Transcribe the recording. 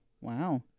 Wow